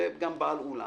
זה גם בעל אולם.